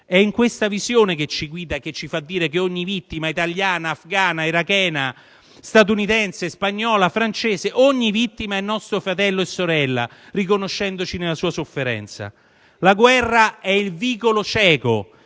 È questa visione che ci guida e ci fa dire che ogni vittima (italiana, afgana, irachena, statunitense, spagnola, francese), ogni vittima è nostro fratello o sorella, riconoscendoci nella sua sofferenza. La guerra è il vicolo cieco,